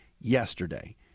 yesterday